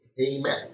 Amen